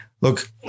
Look